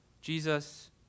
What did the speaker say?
Jesus